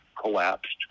collapsed